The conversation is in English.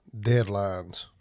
deadlines